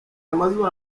amazuru